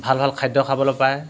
ভাল ভাল খাদ্য খাবলৈ পায়